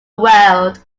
world